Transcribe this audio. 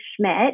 Schmidt